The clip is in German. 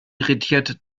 irritiert